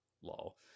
Lol